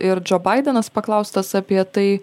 ir džo baidenas paklaustas apie tai